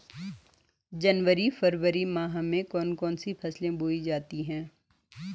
जनवरी फरवरी माह में कौन कौन सी फसलें बोई जाती हैं?